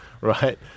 right